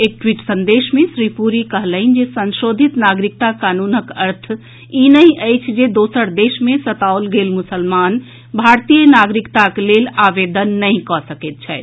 एक ट्वीट संदेश मे श्री पुरी कहलनि जे संशोधित नागरिकता कानूनक अर्थ ई नहि अछि जे दोसर देश मे सताओल गेल मुसलमान भारतीय नागरिकता लेल आवेदन नहि कऽ सकैत छथि